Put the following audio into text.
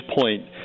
point